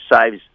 saves